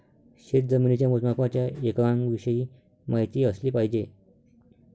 शेतजमिनीच्या मोजमापाच्या एककांविषयी माहिती असली पाहिजे